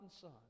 Son